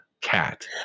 cat